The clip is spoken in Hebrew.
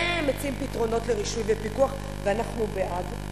ומציעים פתרונות לרישוי ופיקוח, ואנחנו בעד.